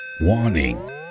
warning